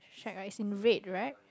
track right is in red right